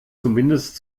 zumindest